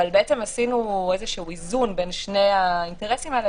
אבל עשינו איזון בין שני האינטרסים האלה